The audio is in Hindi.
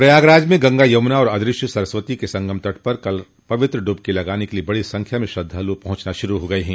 प्रयागराज में गंगा यमुना और अदृष्य सरस्वती के संगम तट पर कल पवित्र डुबकी लगाने क लिए बड़ी संख्या में श्रद्वालु पहुंचना शुरू हो गये हैं